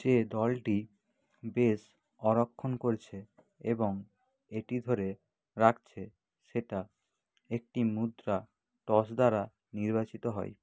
যে দলটি বেস অরক্ষণ করছে এবং এটি ধরে রাখছে সেটা একটি মুদ্রা টস দ্বারা নির্বাচিত হয়